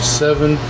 seven